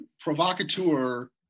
provocateur